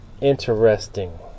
Interesting